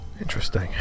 Interesting